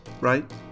Right